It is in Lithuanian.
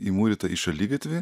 įmūryta į šaligatvį